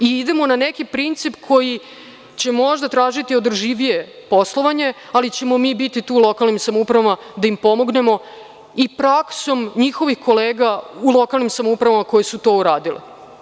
Idemo na neki princip koji će možda tražiti održivije poslovanje, ali ćemo biti u lokalnim samoupravama da im pomognemo i praksom njihovih kolega u lokalnim samoupravama koje su to uradile.